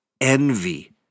envy